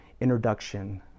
introduction